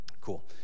cool